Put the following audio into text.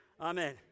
Amen